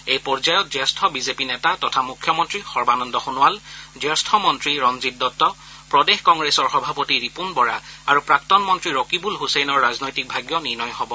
এই পৰ্যায়ত জ্যেষ্ঠ বিজেপি নেতা তথা মুখ্যমন্ত্ৰী সৰ্বানন্দ সোণোবাল জ্যেষ্ঠ মন্ত্ৰী ৰঞ্জিত দত্ত প্ৰদেশ কংগ্ৰেছৰ সভাপতি ৰিপুণ বৰা আৰু প্ৰাক্তন মন্ত্ৰী ৰকিবুল ঘছেইনৰ ৰাজনৈতিক ভাগ্য নিৰ্ণয় হ'ব